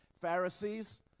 Pharisees